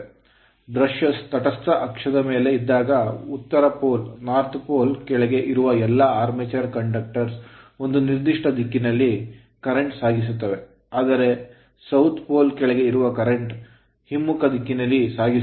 brushes brush ಗಳು ತಟಸ್ಥ ಅಕ್ಷದ ಮೇಲೆ ಇದ್ದಾಗ ಉತ್ತರ pole ಧ್ರುವದ ಕೆಳಗೆ ಇರುವ ಎಲ್ಲಾ armature conductors ಆರ್ಮೇಚರ್ ಕಂಡಕ್ಟರ್ ಗಳು ಒಂದು ನಿರ್ದಿಷ್ಟ ದಿಕ್ಕಿನಲ್ಲಿ current ಕರೆಂಟ್ ಸಾಗಿಸುತ್ತವೆ ಆದರೆ ದಕ್ಷಿಣ pole ಧ್ರುವದ ಕೆಳಗೆ ಇರುವವು current ಕರೆಂಟ್ ಹಿಮ್ಮುಖ ದಿಕ್ಕಿನಲ್ಲಿ ಸಾಗಿಸುತ್ತವೆ